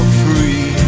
free